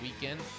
weekend